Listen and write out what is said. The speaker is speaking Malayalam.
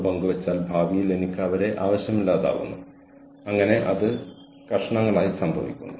തുടർന്ന് നമ്മൾ സർട്ടിഫിക്കറ്റ് പ്രോഗ്രാമുകൾ വാഗ്ദാനം ചെയ്തുകൊണ്ട് ആരംഭിച്ചു